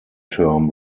term